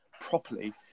properly